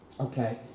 Okay